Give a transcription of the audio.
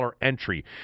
entry